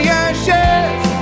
ashes